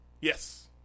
Yes